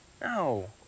No